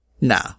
Nah